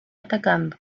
atacando